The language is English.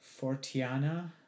Fortiana